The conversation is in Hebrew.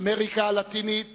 אמריקה הלטינית